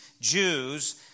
Jews